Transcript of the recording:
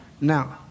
Now